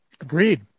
Agreed